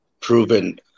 proven